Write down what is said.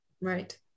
Right